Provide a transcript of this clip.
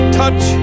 touch